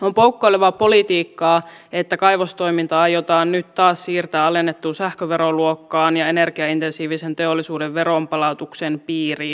on poukkoilevaa politiikkaa että kaivostoiminta aiotaan nyt taas siirtää alennettuun sähköveroluokkaan ja energiaintensiivisen teollisuuden veronpalautuksen piiriin